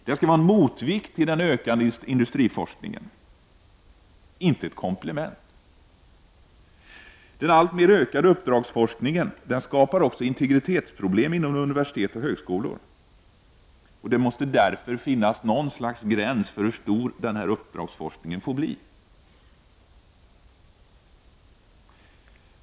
Den skall vara en motvikt till den ökande industriforskningen, inte ett komplement. Den alltmer ökade uppdragsforskningen skapar också integritetsproblem inom universitet och högskolor. Det måste därför finnas en gräns för hur stor uppdragsforskningen får bli.